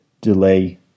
delay